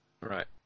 Right